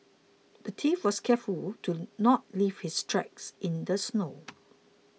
the thief was careful to not leave his tracks in the snow